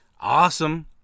awesome